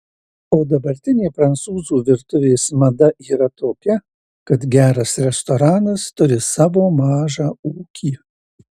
o dabartinė prancūzų virtuvės mada yra tokia kad geras restoranas turi savo mažą ūkį